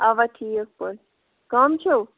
اَوا ٹھیٖک پٲٹھۍ کَم چھُو